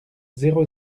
zéro